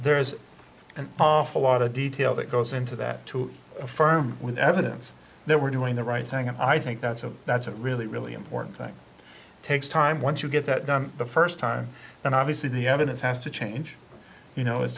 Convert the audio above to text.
there's an awful lot of detail that goes into that to a firm with evidence that we're doing the right thing and i think that's a that's a really really important thing takes time once you get that done the first time and obviously the evidence has to change you know as